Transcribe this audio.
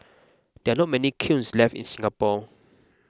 there are not many kilns left in Singapore